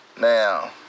Now